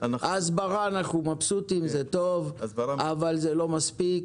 הסברה, אנחנו מרוצים, זה טוב אבל זה לא מספיק.